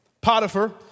Potiphar